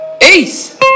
Ace